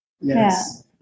yes